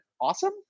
awesome